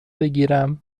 بکیرم